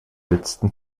letzten